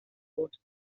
voz